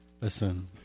Listen